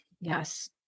Yes